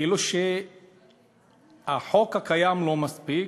כאילו החוק הקיים לא מספיק,